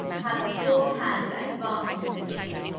had the fore-hand and vantage of a king.